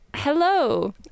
Hello